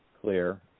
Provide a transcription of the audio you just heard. clear